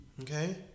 Okay